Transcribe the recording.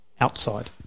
outside